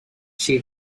she